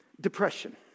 depression